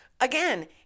again